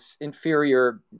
inferior